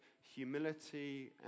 humility